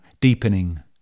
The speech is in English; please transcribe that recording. deepening